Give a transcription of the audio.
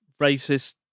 racist